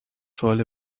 سوال